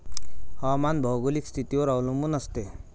हवामान भौगोलिक स्थितीवर अवलंबून असते